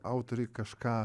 autoriai kažką